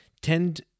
tend